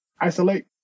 isolate